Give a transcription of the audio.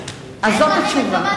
אז זאת התשובה.